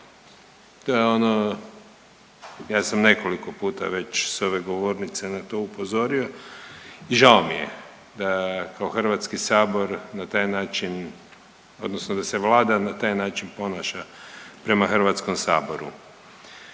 To je ono, ja sam nekoliko puta već sa ove govornice na to upozorio i žao mi je da Hrvatski sabor na taj način, odnosno da se Vlada na taj način ponaša prema Hrvatskom saboru.